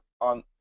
on